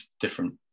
different